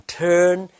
turn